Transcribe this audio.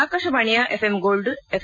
ಆಕಾಶವಾಣಿಯ FM gold F